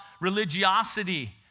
religiosity